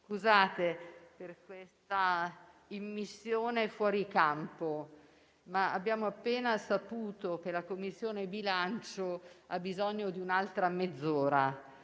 scusate per questa immissione fuori campo, ma abbiamo appena saputo che la Commissione bilancio ha bisogno di un'altra mezz'ora